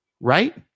right